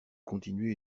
continuer